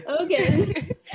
Okay